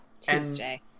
Tuesday